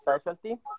specialty